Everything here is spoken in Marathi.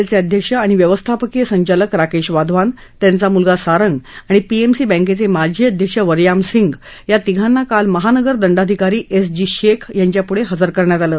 एलचे अध्यक्ष आणि व्यवस्थापकीय संचालक राकेश वाधवान त्याचा मुलगा सारंग आणि पीएमसी बँकेचे माजी अध्यक्ष वर्यम सिंग या तिघांना काल महानगर दंडाधिकारी एस जी शेख यांच्यापुढं हजर करण्यात आलं